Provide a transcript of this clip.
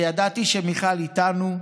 וידעתי שמיכל איתנו,